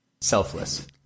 Selfless